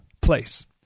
place